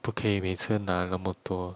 不可以每次拿那么多